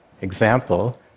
example